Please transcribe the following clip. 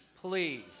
Please